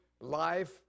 life